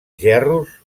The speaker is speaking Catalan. gerros